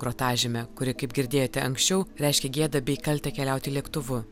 grotažyme kuri kaip girdėjote anksčiau reiškė gėdą bei kaltę keliauti lėktuvu